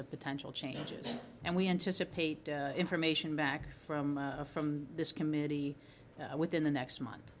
of potential changes and we anticipate information back from from this committee within the next month